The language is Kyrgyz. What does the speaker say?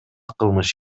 кылмыш